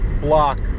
Block